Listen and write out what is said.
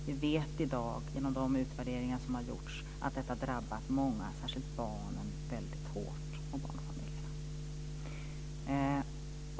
Vi vet i dag genom de utvärderingar som har gjorts att detta har drabbat många, särskilt barnen och barnfamiljerna, väldigt hårt.